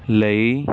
ਲਈ